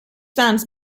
sands